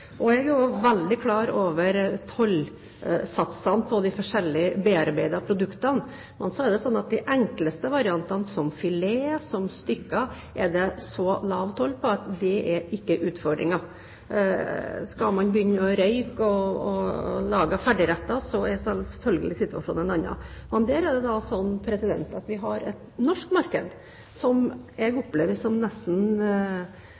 Jeg er også veldig klar over tollsatsene på de forskjellige bearbeidede produktene. Og det er slik at på de enkleste variantene, som filet og stykker, er det så lav toll at dét ikke er utfordringen. Skal man begynne å røyke fisken og lage ferdigretter, er selvfølgelig situasjonen en annen. Der har vi et norsk marked som jeg